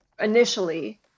initially